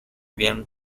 bien